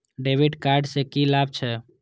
डेविट कार्ड से की लाभ छै?